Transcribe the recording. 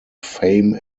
fame